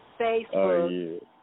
Facebook